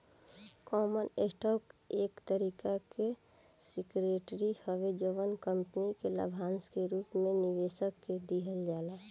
common stock एक तरीका के सिक्योरिटी हवे जवन कंपनी के लाभांश के रूप में निवेशक के दिहल जाला